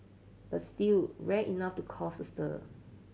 but still rare enough to causes a stir